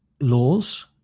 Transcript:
laws